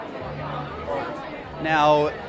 Now